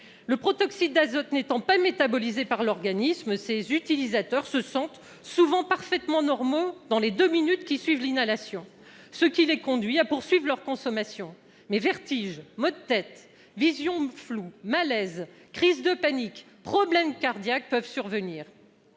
Le protoxyde d'azote n'étant pas métabolisé par l'organisme, ses utilisateurs se sentent souvent parfaitement normaux dans les deux minutes suivant l'inhalation, ce qui les conduit à poursuivre leur consommation. Mais vertiges, maux de tête, vision floue, malaises, crise de panique, problèmes cardiaques peuvent survenir.